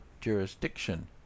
jurisdiction